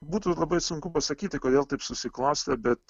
būtų labai sunku pasakyti kodėl taip susiklostė bet